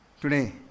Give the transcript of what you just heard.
Today